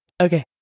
Okay